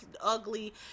ugly